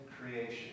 creation